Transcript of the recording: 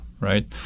right